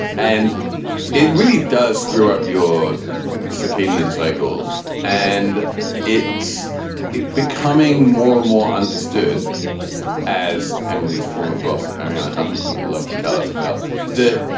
and it really does screw up your circadian cycles and it's becoming more and more understood as emily's former boss arianna huffington would love to tell us about that.